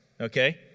okay